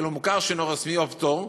כאילו מוכר שאינו רשמי או פטור,